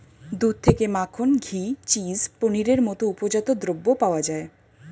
দুধ থেকে মাখন, ঘি, চিজ, পনিরের মতো উপজাত দ্রব্য পাওয়া যায়